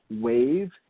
wave